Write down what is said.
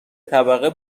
طبقه